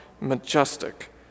majestic